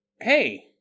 hey